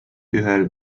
ühel